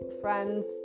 friends